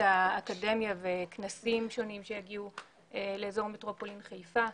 האקדמיה וכנסים שונים שיגיעו לאזור מטרופולין חיפה.